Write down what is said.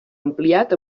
ampliat